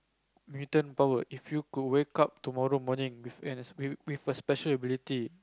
Newton power if you could wake up tomorrow morning with an with a special ability